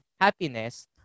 happiness